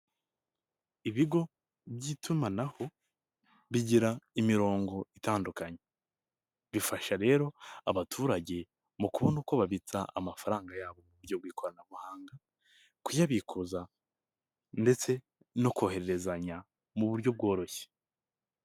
Ibigo by'itumanaho bigira imirongo itandukanye, bifasha rero abaturage mu kubona uko babitsa amafaranga yabo mu buryo bw'ikoranabuhanga, kuyabikuza ndetse no koherezanya mu buryo bworoshye.